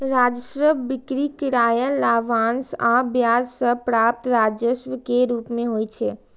राजस्व बिक्री, किराया, लाभांश आ ब्याज सं प्राप्त राजस्व के रूप मे होइ छै